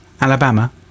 alabama